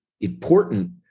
important